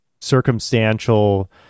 circumstantial